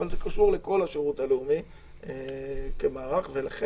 אבל זה קשור לכל השירות הלאומי כמערך ולכן